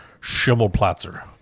Schimmelplatzer